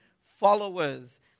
followers